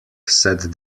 said